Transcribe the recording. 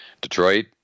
Detroit